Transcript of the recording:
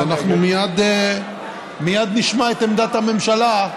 אז אנחנו מייד נשמע את עמדת הממשלה,